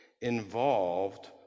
involved